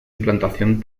implantación